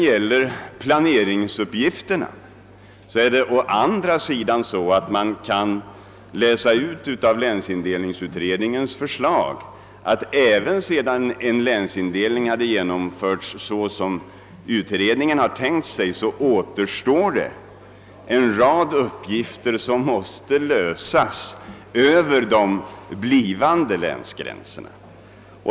Vad planeringsuppgifterna beträffar kan man ur länsindelningsutredningens förslag läsa ut att även efter en länsindelning enligt de linjer som utredningen tänkt sig skulle det återstå en rad uppgifter som måste lösas över länsgränserna.